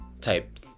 type